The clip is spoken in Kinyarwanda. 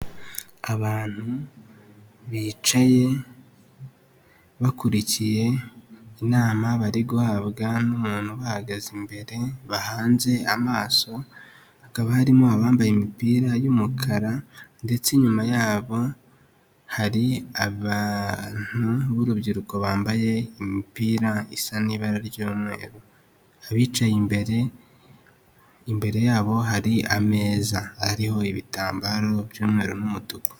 Abantu bicaye bakurikiye inama bari guhabwa n'umuntu bahagaze imbere bahanze amaso, hakaba harimo abambaye imipira y'umukara, ndetse inyuma yabo hari abantu b'urubyiruko bambaye imipira isa n'ibara ry'umweru, abicaye imbere imbere yabo hari ameza ariho ibitambaro by'umweru n'umutuku.